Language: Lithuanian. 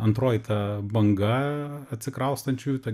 antroji ta banga atsikraustančių ta